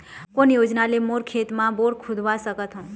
कोन योजना ले मोर खेत मा बोर खुदवा सकथों?